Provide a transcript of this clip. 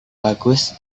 bagus